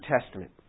Testament